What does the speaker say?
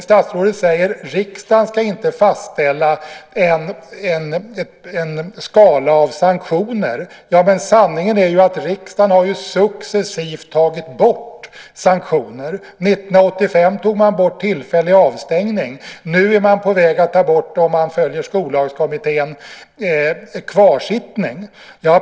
Statsrådet säger: Riksdagen ska inte fastställa en skala av sanktioner. Ja, men sanningen är ju att riksdagen successivt har tagit bort sanktioner. År 1985 tog man bort den tillfälliga avstängningen. Nu är man på väg, om man följer Skollagskommittén, att ta bort kvarsittningen.